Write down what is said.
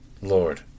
lord